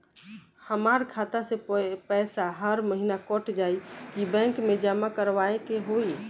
हमार खाता से पैसा हर महीना कट जायी की बैंक मे जमा करवाए के होई?